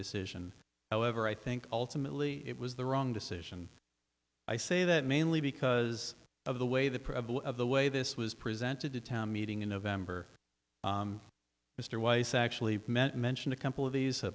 decision however i think ultimately it was the wrong decision i say that mainly because of the way the the way this was presented to town meeting in november mr weiss actually met mention a couple of these